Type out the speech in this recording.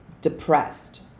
depressed